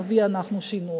נביא אנחנו שינוי".